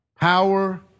power